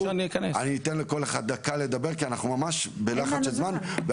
אנחנו ניתן לכל אחת דקה לדבר כי אנחנו ממש בלחץ של זמן,